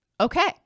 Okay